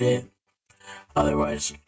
Otherwise